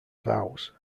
vows